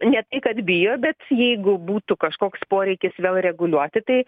ne tai kad bijo bet jeigu būtų kažkoks poreikis vėl reguliuoti tai